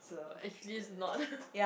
but actually it's not